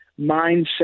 mindset